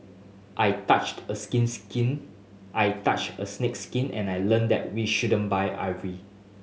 I touched a skin skin I touched a snake's skin and I learned that we shouldn't buy ivory